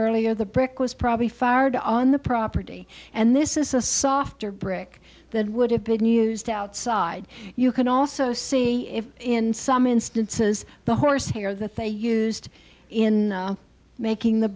earlier the brick was probably fired on the property and this is a softer brick that would have been used outside you can also see in some instances the horsehair that they used in making the